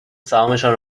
سهامشان